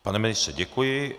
Pane ministře, děkuji.